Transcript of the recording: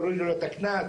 יורידו לו את הקנס,